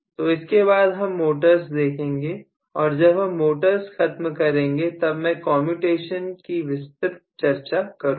तो इसके बाद हम मोटर्स देखेंगे और जब हम मोटर्स खत्म करेंगे तब मैं काम्यूटेशन की विस्तृत चर्चा करूंगा